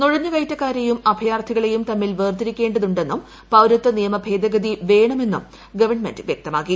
നുഴഞ്ഞുകയറ്റക്കാരെയും അഭയാർത്ഥികളെയും തമ്മിൽ വേർതിരിക്കേണ്ടതുണ്ടെന്നും പൌരത്വ നിയമ ഭേദഗതി വേണമെന്നും ഗവൺമെന്റ് വ്യക്തമാക്കി